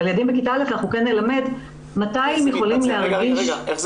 אבל את הילדים בכיתה א' אנחנו כן נלמד מתי הם יכולים להרגיש שקורה